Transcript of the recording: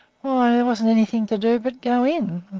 why, there wasn't anything to do but go in.